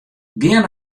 gean